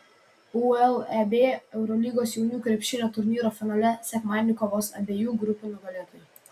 uleb eurolygos jaunių krepšinio turnyro finale sekmadienį kovos abiejų grupių nugalėtojai